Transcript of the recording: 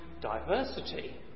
diversity